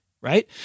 Right